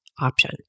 option